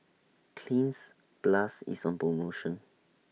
Cleanz Plus IS on promotion